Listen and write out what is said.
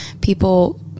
people